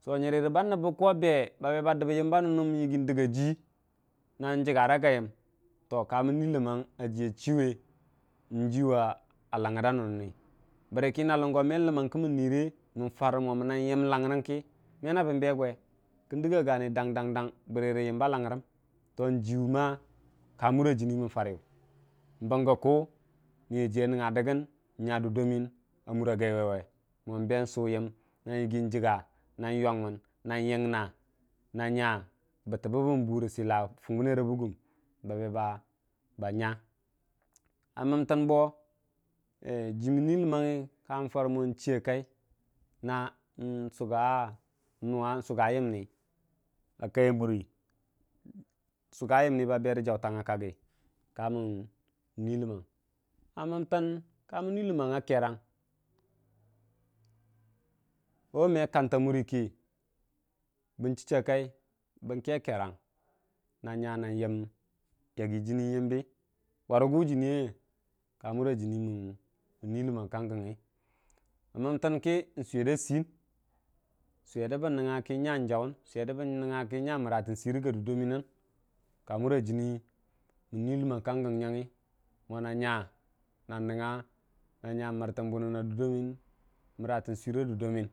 nyərə ban nəbbə ku abe ba be badəb yəmba ninnən a dəgga jii njəggaraiyəm kamən nuu ləmmang a jiya chiwuwa langərda nunuwuyən bərəkə nalungo meng ləmang ka mən nuree mən jarə mong mənang yəm langərki menabən be gwe kən dəgga gani dang dang bəra yəmba langngəu njiwu ma kamura jini farə bəmgə ku niya jiyu a nganga dəmgəu n'nga dudda məyən a gai waiwe mong beng su yən nang yəgən jiga nam yongmən nan yəng na na nya bəttəbə bən buu rə səlla fungbən ne ra buggəm ba be ba nya a məntau bo ji mən nuu ləmmaugugi kamən farə mong chiya kai nang suga yəmai ba berə jautanguya kaggi kamən nu ləmang a məntən kaman nulamang a nga kerang ko me kanta murə kə bən chəchii a kai bən ke kerang nang nya yən yaggə jiini yəmbə warəgʊ jinni yaiye ka mura jinii mən nu ləmang kang gənugi məntən kə n'suliyer da sɨgən, suyerdə bən nəngnga kə bən nya jawwu nəngaya kə bən məra tən surgəra dudda məyan ka mura jinii mən nuu ləmmang kangəngngi nya nang mərtən bunən a durda məyən mmratən sɨr a durdamən.